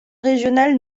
régional